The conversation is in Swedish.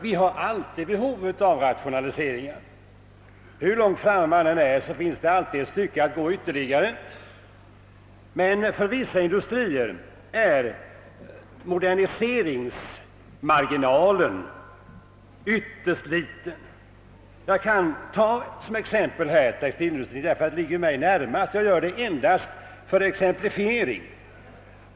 Vi har alltid behov av rationaliseringar; hur långt framme man än är finns det alltid ytterligare ett stycke att gå. Men för vissa industrier är moderniseringsmarginalen ytterst liten. Jag kan som exempel ta textilindustrin därför att den ligger mig närmast — jag gör det endast för att exemplifiera.